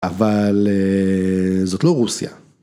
אבל זאת לא רוסיה.